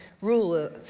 rule